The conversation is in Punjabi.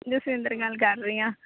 ਜਸਵਿੰਦਰ ਗੱਲ ਕਰ ਰਹੀ ਹਾਂ